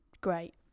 great